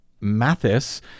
Mathis